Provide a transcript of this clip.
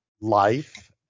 life